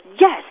yes